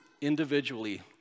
individually